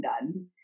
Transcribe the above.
done